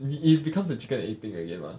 你 it becomes a chicken and egg thing again mah